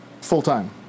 full-time